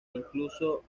incluso